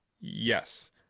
Yes